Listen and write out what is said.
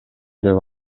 деп